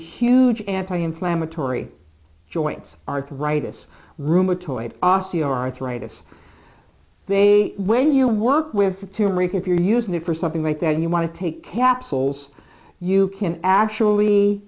huge anti inflammatory joints arthritis rheumatoid osteoarthritis they when you work we have to make if you're using it for something like that if you want to take capsules you can actually